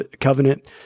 covenant